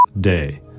day